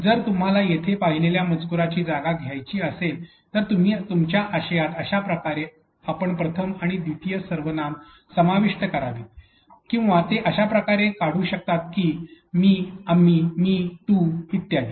जर तुम्हाला इथे पाहिलेल्या मजकुराची जागा घ्यायची असेल तर तुम्ही तुमच्या आशयात अशा प्रकारे आपण प्रथम आणि द्वितीय सर्वनाम समाविष्ट करायवीत किंवा ते अशा प्रकारे काढू शकता की मी आम्ही मी तू ई